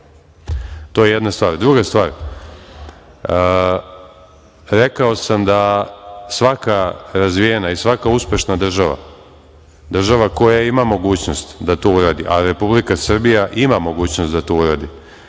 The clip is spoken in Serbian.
to je jedna stvar. Druga stvar, rekao sam da svaka razvijena i svaka uspešna država, država koja ima mogućnost da to uradi, a Republika Srbija ima mogućnost da to uradi,